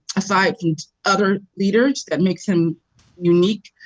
aside from other leaders. that makes him unique,